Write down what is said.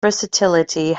versatility